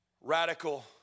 radical